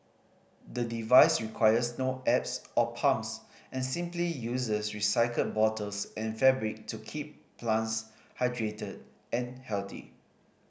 the device requires no apps or pumps and simply uses recycled bottles and fabric to keep plants hydrated and healthy